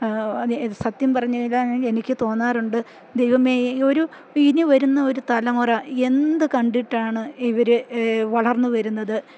സത്യം പറഞ്ഞു കഴിഞ്ഞാൽ എനിക്ക് തോന്നാറുണ്ട് ദൈവമേ ഒരു ഇനി വരുന്ന ഒരു തലമുറ എന്ത് കണ്ടിട്ടാണ് ഇവര് വളർന്നു വരുന്നത്